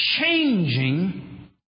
changing